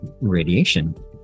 radiation